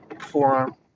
forearm